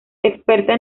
experta